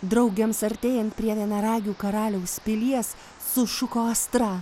draugėms artėjant prie vienaragių karaliaus pilies sušuko astra